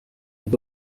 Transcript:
des